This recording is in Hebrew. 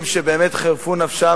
חברי חברי הכנסת,